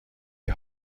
die